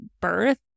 birth